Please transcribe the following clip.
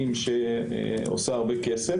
מכל המגזרים לרחובות ולמחות כנגד ההליך